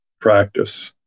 practice